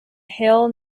hill